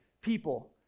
people